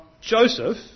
Joseph